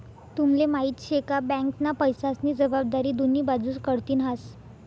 तुम्हले माहिती शे का? बँकना पैसास्नी जबाबदारी दोन्ही बाजूस कडथीन हास